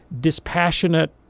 dispassionate